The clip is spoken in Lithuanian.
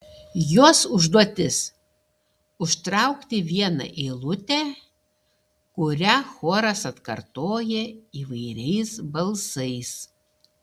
jos užduotis užtraukti vieną eilutę kurią choras atkartoja įvairiais balsais